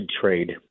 trade